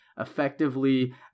effectively